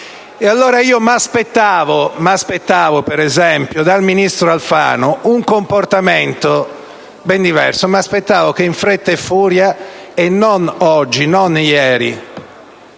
Allora mi aspettavo, per esempio, dal ministro Alfano, un comportamento ben diverso, ossia che in fretta e furia, e non oggi, non ieri,